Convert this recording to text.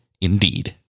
Indeed